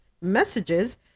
messages